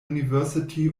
university